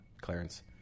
Clarence